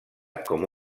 com